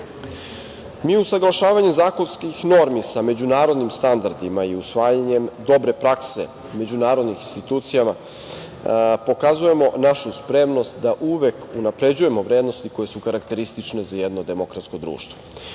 usaglašavanjem zakonskih normi sa međunarodnim standardima i usvajanjem dobre prakse međunarodnih institucija pokazujemo našu spremnost da uvek unapređujemo vrednosti koje su karakteristične za jedno demokratsko